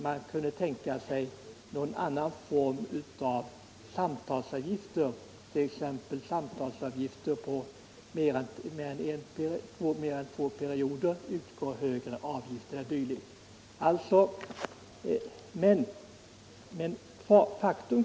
Man kunde tänka sig en ny form av samtalsavgifter, t.ex. så att det för samtal på mer än två perioder utgår högre avgift.